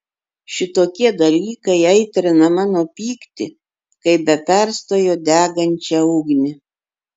šitokie dalykai aitrina mano pyktį kaip be perstojo degančią ugnį